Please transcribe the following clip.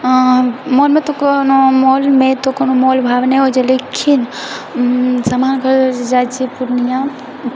मॉलमे तऽ कोनो मॉलमे तऽ कोनो मोल भाव नहि होइ छै लेकिन सामान खरीदय जाइ छियै जे पूर्णिया